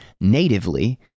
natively